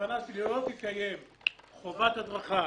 הכוונה שלי ש"לא תתקיים חובת הדרכה